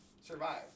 survive